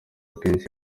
akenshi